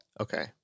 Okay